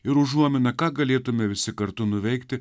ir užuomina ką galėtumėme visi kartu nuveikti